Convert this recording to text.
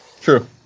True